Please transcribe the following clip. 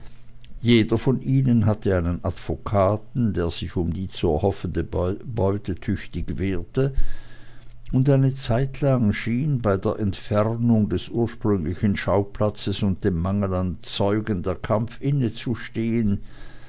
jeder von ihnen hatte einen advokaten der sich um die zu erhoffende beute tüchtig wehrte und eine zeitlang schien bei der entfernung des ursprünglichen schauplatzes und dem mangel an zeugen der kampf